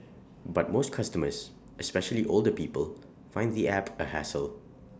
but most customers especially older people find the app A hassle